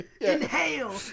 inhale